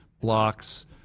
blocks